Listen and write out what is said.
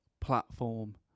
platform